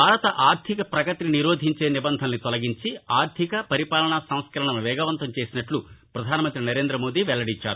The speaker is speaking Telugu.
భారత ఆర్థిక ప్రగతిని నిరోధించే నిబంధనలను తొలగించి ఆర్థిక పరిపాలన సంస్కరణలను వేగవంతం చేసినట్లు ప్రధానమంత్రి నరేంద్రమోదీ వెల్లడించారు